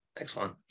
Excellent